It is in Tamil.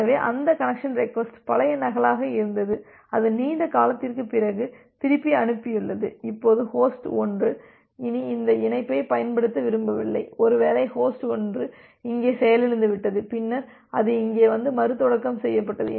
எனவே அந்த கனெக்சன் ரெக்வஸ்ட் பழைய நகலாக இருந்தது அது நீண்ட காலத்திற்கு பிறகு திருப்பி அனுப்பியுள்ளது இப்போது ஹோஸ்ட் 1 இனி அந்த இணைப்பைப் பயன்படுத்த விரும்பவில்லை ஒருவேளை ஹோஸ்ட் 1 இங்கே செயலிழந்துவிட்டது பின்னர் அது இங்கே வந்து மறுதொடக்கம் செய்யப்பட்டது